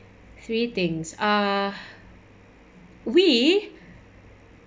three things uh we